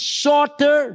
shorter